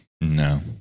No